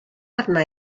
arna